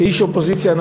כאיש אופוזיציה,